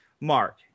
Mark